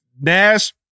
Nash